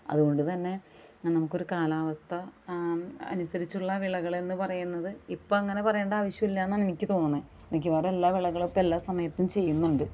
അതുകൊണ്ടുതന്നെ നമുക്കൊരു കാലാവസ്ഥ അനുസരിച്ചുള്ള വിളകൾ എന്നുപറയുന്നത് ഇപ്പോൾ അങ്ങനെ പറയേണ്ട ആവശ്യമില്ല എന്നാണ് എനിക്ക് തോന്നുന്നത് മിക്കവാറും എല്ലാ വിളകളും ഇപ്പോൾ എല്ലാ സമയത്തും ചെയ്യുന്നുണ്ട്